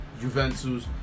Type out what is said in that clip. Juventus